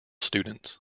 students